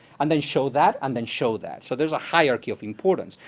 and then show that, and then show that. so there is a hierarchy of importance.